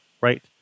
right